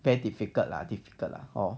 very difficult lah difficult lah hor